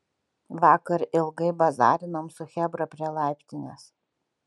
vakar ilgai bazarinom su chebra prie laiptinės